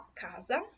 casa